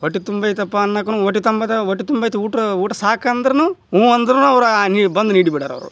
ಹೊಟ್ಟೆ ತುಂಬೈತಪ್ಪ ಅನ್ನಕ್ಕೂನು ಹೊಟ್ಟೆ ತುಂಬದೆ ಹೊಟ್ಟೆ ತುಂಬೈತಿ ಊಟ ಊಟ ಸಾಕು ಅಂದ್ರೂನು ಹ್ಞೂ ಅಂದ್ರೂನು ಅವರು ನಿ ಬಂದು ನೀಡಿ ಬಿಡವ್ರು ಅವರು